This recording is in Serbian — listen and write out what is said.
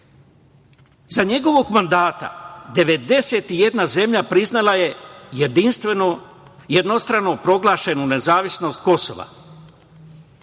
njegovog mandata 91 zemlja priznala je jednostrano proglašenu nezavisnost Kosova.